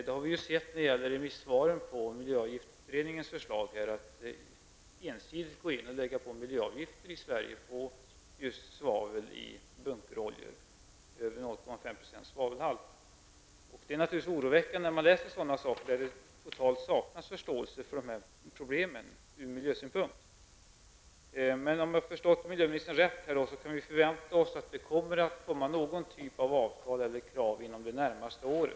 Det har vi ju sett i remissvaren på miljöavgiftsutredningens förslag om att ensidigt gå in och lägga miljöavgifter i Sverige på just svavel i bunkeroljor med mer än 0,5 % svavelhalt. Det är naturligtvis oroväckande att läsa sådana remissvar, där det helt saknas förståelse för dessa problem ur miljösynpunkt. Men om jag har förstått miljöministern rätt kan vi förvänta oss att det kommer att bli någon typ av avtal eller krav inom det närmaste året.